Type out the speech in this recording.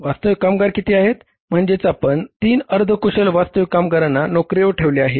वास्तविक कामगार किती आहेत म्हणजेच आपण 3 अर्धकुशल वास्तविक कामगारांना नोकरीवर ठेवले आहे